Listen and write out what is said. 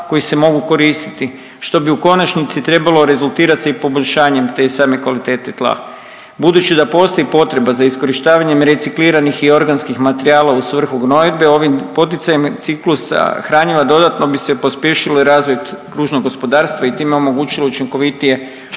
koji se mogu koristiti što bi u konačnici trebalo rezultirat se i poboljšanjem te same kvalitete tla. Budući da postoji potreba za iskorištavanjem recikliranih i organskih materijala u svrhu gnojidbe ovim poticajem ciklusa hranjiva dodatno bi se pospješio razvoj kružnog gospodarstva i time omogućilo učinkovitije